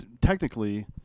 technically